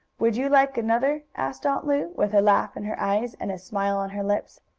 would you like another? asked aunt lu, with a laugh in her eyes and a smile on her lips.